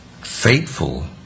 faithful